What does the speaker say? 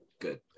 good